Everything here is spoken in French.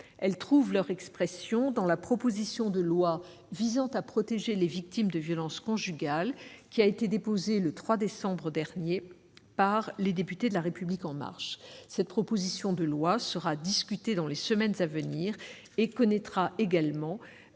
Elles trouvent leur expression dans la proposition de loi visant à protéger les victimes de violences conjugales, déposée le 3 décembre dernier par les députés de La République En Marche. Cette proposition de loi sera discutée dans les semaines à venir et connaîtra également-